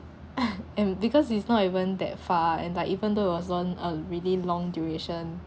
and because it's not even that far and like even though it wasn't a really long duration